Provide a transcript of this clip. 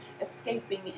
escaping